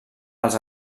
els